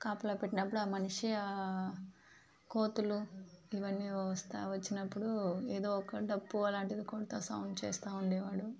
కాపలా పెట్టినప్పుడు ఆ మనిషి కోతులు ఇవన్నీ వస్తా వచ్చినప్పుడు ఎదో ఒక డప్పు అలాంటిది కొంత సౌండ్ చేస్తా ఉండేవాడు